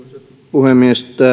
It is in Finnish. puhemies